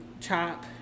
chop